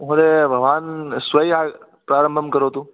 महोदयः भवान् स्वय प्रारम्भं करोतु